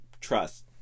Trust